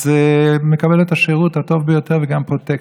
אז מקבל את השירות הטוב ביותר וגם פרוטקציה.